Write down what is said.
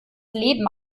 leben